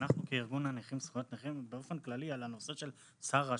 אנחנו כארגון הנכים זכויות נכים שואלים באופן כללי על הנושא של רשאי.